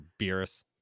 Beerus